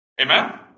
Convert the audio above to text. Amen